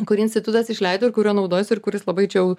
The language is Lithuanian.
kurį institutas išleido ir kuriuo naudojasi ir kuris labai čia jau